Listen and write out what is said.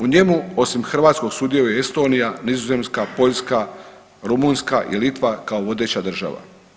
U njemu osim Hrvatske sudjeluje Estonija, Nizozemska, Poljska, Rumunjska i Litva kao vodeća država.